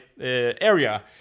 area